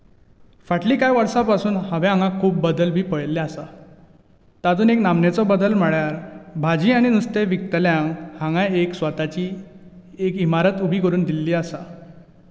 फाटली कांय वर्सां पासून हांवें हांगा खूब बदल बीन पळयल्ले आसा तातूंत एक नामनेचो बदल म्हळ्यार भाजी आनी नुस्तें विकतल्यांक हांगा एक स्वताची एक इमारत उबी करून दिल्ली आसा